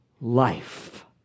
life